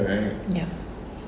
yup